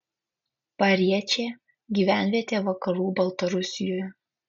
pariečė gyvenvietė vakarų baltarusijoje